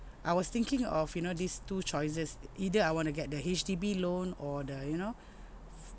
I was thinking of you know these two choices either I wanna get the H_D_B loan or the you know